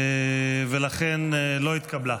ולכן ההצעה לא התקבלה.